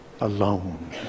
alone